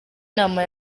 nama